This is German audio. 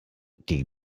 die